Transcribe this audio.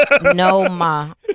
Noma